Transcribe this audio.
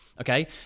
Okay